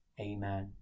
Amen